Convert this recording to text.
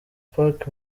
park